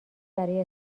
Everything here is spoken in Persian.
برای